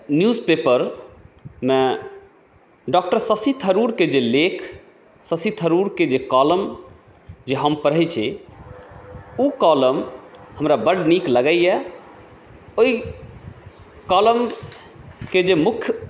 news पेपरमे doctor Shashi थरूरके जे लेख शशि थरूरके जे कौलम जे हम पढ़ै छी ओ कौलम हमरा बड्ड नीक लगैया ओहि कौलमके जे मुख्य